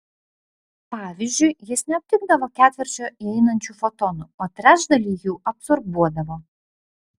pavyzdžiui jis neaptikdavo ketvirčio įeinančių fotonų o trečdalį jų absorbuodavo